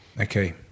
Okay